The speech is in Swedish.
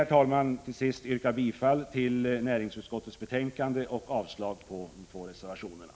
Jag vill till sist yrka bifall till hemställan i näringsutskottets betänkande och avslag på reservationerna.